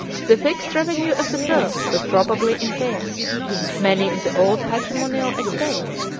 the fixed revenue of the popes was probably impaired many of the old patrimonial estates,